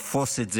לתפוס את זה,